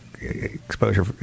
exposure